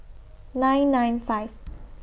nine nine five